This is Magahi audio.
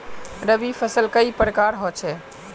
रवि फसल कई प्रकार होचे?